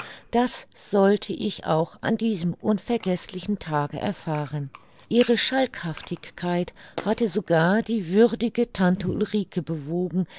das sollte ich auch an diesem unvergeßlichen tage erfahren ihre schalkhaftigkeit hatte sogar die würdige tante ulrike bewogen